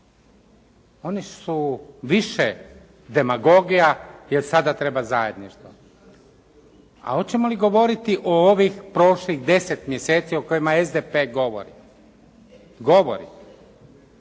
Oni su više demagogija jer sada treba zajedništvo, a hoćemo li govoriti o ovih prošlih 10 mjeseci o kojima SDP govori. Govori,